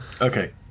Okay